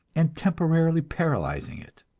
and temporarily paralyzing it.